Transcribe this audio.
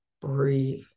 Breathe